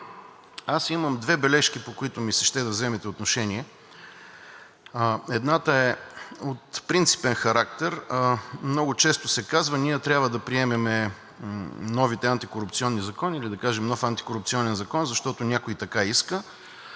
Имам две бележки, по които ми се ще да вземете отношение. Едната е от принципен характер. Много често се казва: ние трябва да приемем новите антикорупционни закони или, да кажем, нов антикорупционен закон, защото някой така иска